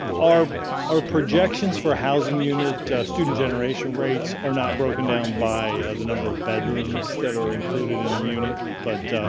our our projections for housing unit student generation rates are not broken down by the number of bedrooms that are included in a unit. but